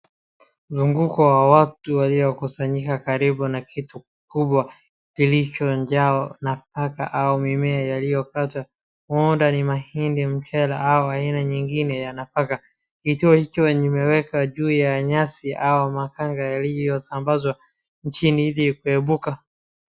Mzunguko wa watu waliokusanyika karibu na kitu kubwa kilichojaa nafaka au mimea yaliyokatwa huenda ni mahindi, mchele au aina nyingine ya nafaka. Kitu hicho imewekwa juu ya nyasi au makanga yaliyosambazwa nchini ili kuebuka.